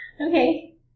Okay